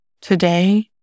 Today